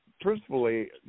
principally